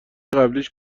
قبلیش